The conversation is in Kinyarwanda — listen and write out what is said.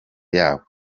yabo